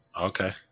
okay